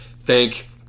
thank